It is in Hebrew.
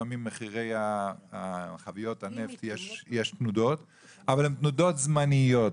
לפעמים במחירי חביות הנפט יש תנודות אבל הן תנודות זמניות.